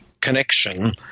connection